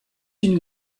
une